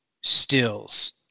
stills